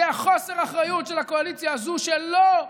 זה חוסר האחריות של הקואליציה הזאת שלא,